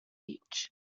each